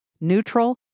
neutral